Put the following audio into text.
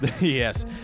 Yes